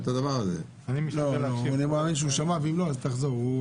לא, אני מאמין שהוא שמע, ואם לא אז תחזור.